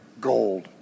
gold